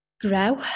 grow